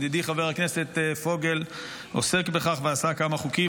ידידי חבר הכנסת פוגל עוסק בכך ותיקן כמה חוקים.